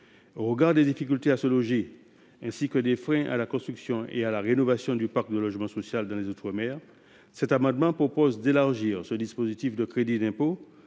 Au regard des difficultés à se loger ainsi que des freins à la construction et à la rénovation du parc de logement social dans les outre mer, cet amendement tend à élargir ce dispositif de crédit d’impôt